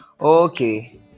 Okay